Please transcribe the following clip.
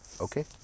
Okay